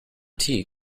tea